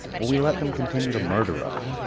will we let them continue to murder us?